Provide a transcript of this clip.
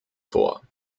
vor